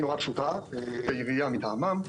שהיא נורא פשוטה, העירייה מטעמם.